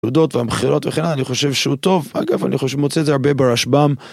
תנודות והמכירות וכן הלאה, אני חושב שהוא טוב. אגב, אני חוש... מוצא את זה הרבה ברשב"ם